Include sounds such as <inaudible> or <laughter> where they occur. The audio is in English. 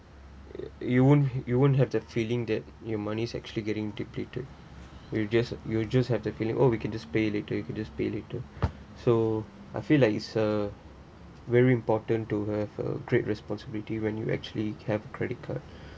you won't you won't have the feeling that your money actually getting depleted you'll just you'll just have the feeling oh we can just pay later we can just pay later so I feel like is a very important to have a great responsibility when you actually have credit card <breath>